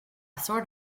sort